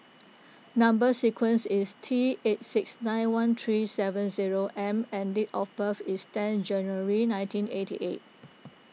Number Sequence is T eight six nine one three seven zero M and date of birth is ten January nineteen eighty eight